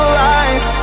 lies